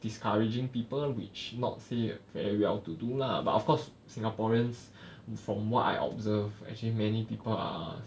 discouraging people which not say very well to do lah but of course singaporeans from what I observe actually many people are